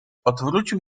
odwrócił